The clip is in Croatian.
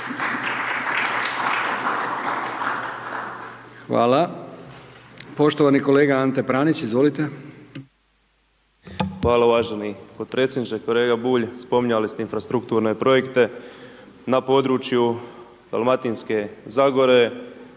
Hvala. Poštovani kolega Ante Pranić, izvolite. **Pranić, Ante (NLM)** Hvala uvaženi potpredsjedniče. Kolega Bulj, spominjali ste infrastrukturne projekte na području Dalmatinske zagore